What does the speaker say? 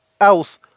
else